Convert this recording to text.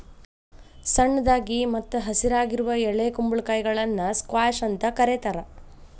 ಸಣ್ಣದಾಗಿ ಮತ್ತ ಹಸಿರಾಗಿರುವ ಎಳೆ ಕುಂಬಳಕಾಯಿಗಳನ್ನ ಸ್ಕ್ವಾಷ್ ಅಂತ ಕರೇತಾರ